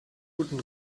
guten